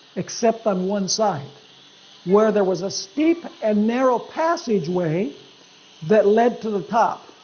except on one side where there was a steep and narrow passageway that led to the top.